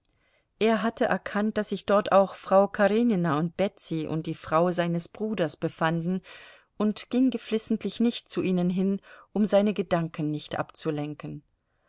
er hatte erkannt daß sich dort auch frau karenina und betsy und die frau seines bruders befanden und ging geflissentlich nicht zu ihnen hin um seine gedanken nicht abzulenken